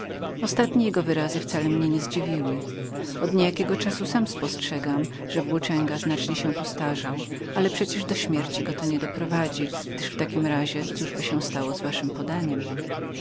jego wyrazy wcale mnie nie zdziwiły od niejakiego czasu sam spostrzegam że włóczęga znacznie się podstarzał ale przecież do śmierci go to nie doprowadzi gdyż w takim razie cóżby stało się z waszem podaniem